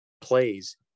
plays